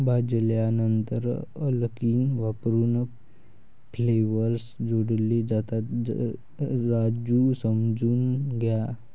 भाजल्यानंतर अल्कली वापरून फ्लेवर्स जोडले जातात, राजू समजून घ्या